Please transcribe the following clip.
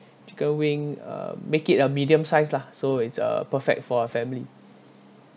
chicken wing um make it a medium size lah so it's a perfect for a family